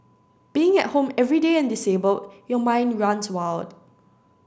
being at home every day and disabled your mind runs wild